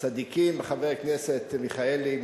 חבר הכנסת מיכאלי,